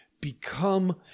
Become